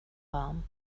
warm